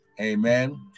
amen